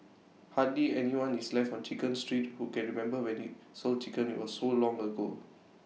hardly anyone is left on chicken street who can remember when IT sold chickens IT was so long ago